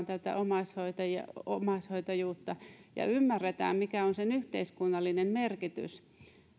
tätä omaishoitajuutta ja ymmärrämme mikä on sen yhteiskunnallinen merkitys